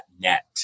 net